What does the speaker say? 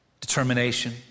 determination